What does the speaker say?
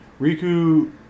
Riku